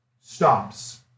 stops